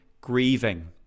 grieving